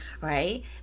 right